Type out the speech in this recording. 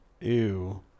ew